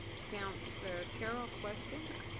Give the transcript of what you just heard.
councillor carroll, question.